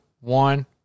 one